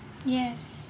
yes